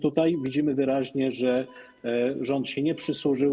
Tu widzimy wyraźnie, że rząd się nie przysłużył.